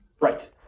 Right